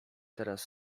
teraz